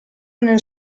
nel